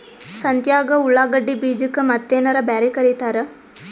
ಸಂತ್ಯಾಗ ಉಳ್ಳಾಗಡ್ಡಿ ಬೀಜಕ್ಕ ಮತ್ತೇನರ ಬ್ಯಾರೆ ಕರಿತಾರ?